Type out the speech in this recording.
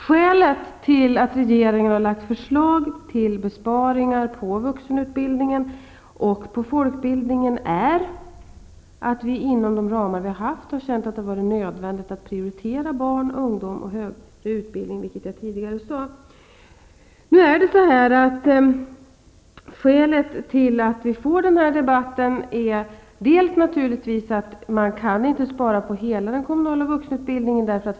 Skälet till att regeringen har lagt fram förslag till besparingar på vuxenutbildningens och folkbildningens områden är att vi, inom de ramar som gällt, har känt att det har varit nödvändigt att prioritera barn, ungdom och högre utbildning som jag tidigare har sagt. Anledningen till att vi har den här debatten är, naturligtvis, bl.a. att det inte går att spara på hela den kommunala vuxenutbildningen.